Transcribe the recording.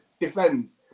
defends